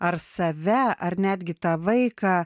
ar save ar netgi tą vaiką